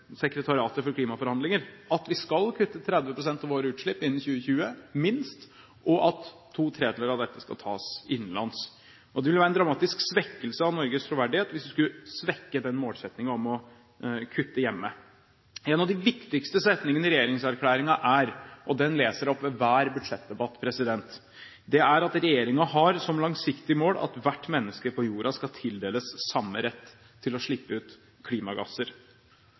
sekretariatet for klimaforhandlinger. Vi skal kutte minst 30 pst. av våre utslipp innen 2020, og to tredjedeler av dette skal tas innenlands. Det ville være en dramatisk svekkelse av Norges troverdighet hvis vi svekker målsettingen om å kutte hjemme. En av de viktigste setningene i regjeringserklæringen er – og den leser jeg opp ved hver budsjettdebatt: «Regjeringen har som langsiktig mål at hvert menneske på jorda skal tildeles samme rett til å slippe ut klimagasser.»